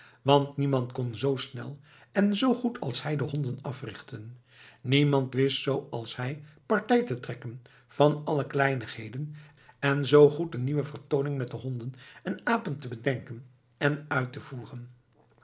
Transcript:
want niemand kon zoo snel en goed als hij de honden africhten niemand wist zoo als hij partij te trekken van alle kleinigheden en zoo goed een nieuwe vertooning met de honden en apen te bedenken en uit te voeren